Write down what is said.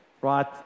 Right